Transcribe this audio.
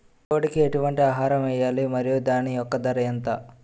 కోడి కి ఎటువంటి ఆహారం వేయాలి? మరియు దాని యెక్క ధర ఎంత?